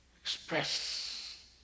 Express